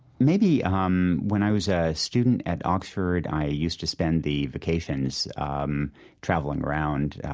maybe um when i was a student at oxford. i used to spend the vacations um traveling around,